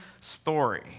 story